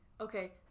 Okay